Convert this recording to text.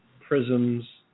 prisms